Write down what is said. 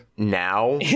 now